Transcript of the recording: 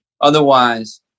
Otherwise